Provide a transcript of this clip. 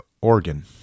organ